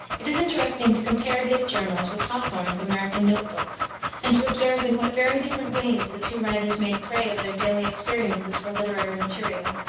it is interesting to compare his journals with hawthorne's american note books and to observe in what very different ways the two writers made prey of their daily experiences for literary material.